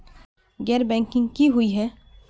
गैर बैंकिंग की हुई है?